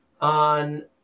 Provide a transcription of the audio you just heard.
on